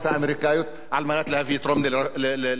על מנת להביא את רומני לנשיאות ארצות-הברית.